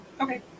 Okay